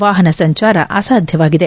ವಾಹನ ಸಂಚಾರ ಅಸಾಧ್ಯವಾಗಿದೆ